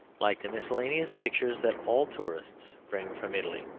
like the miscellaneous pictures that all tourists bring from italy.